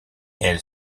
elle